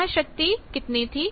वहां शक्ति कितनी थी